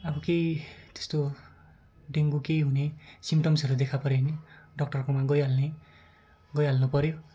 अब केही त्यस्तो डेङ्गु केही हुने सिम्टम्सहरू देखापर्यो भने डक्टरकोमा गइहाल्ने गइहाल्नु पर्यो